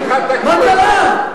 מה קרה?